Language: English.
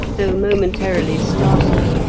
though momentarily startled,